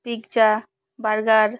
pizza berger